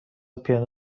پیانو